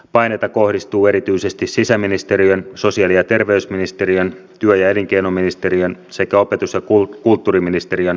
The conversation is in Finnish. paineita kohdistuu erityisesti sisäministeriön sosiaali ja terveysministeriön työ ja elinkeinoministeriön sekä opetus ja kulttuuriministeriön hallinnonaloille